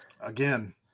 Again